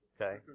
okay